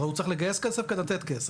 הרי הוא צריך לגייס כסף כדי לתת כסף.